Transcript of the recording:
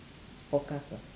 forecast ah